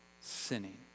sinning